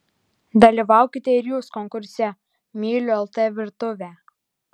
dalyvaukite ir jūs konkurse myliu lt virtuvę